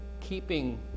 keeping